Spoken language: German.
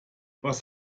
was